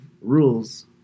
rules